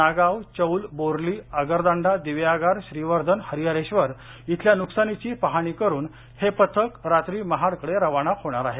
नागाव चौल बोर्ली आगरदांडा दिवेआगर श्रीवर्धन हरिहरेश्वर इथल्या नुकसानीची पाहणी करून हे पथक रात्री महाडकडे रवाना होणार आहे